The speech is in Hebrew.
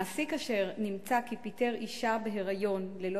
מעסיק אשר נמצא כי פיטר אשה בהיריון ללא